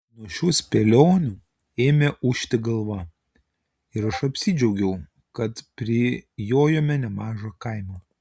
nuo šių spėlionių ėmė ūžti galva ir aš apsidžiaugiau kad prijojome nemažą kaimą